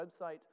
website